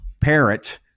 parrot